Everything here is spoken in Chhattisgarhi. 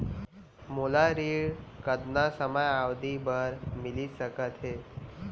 मोला ऋण कतना समयावधि भर मिलिस सकत हे?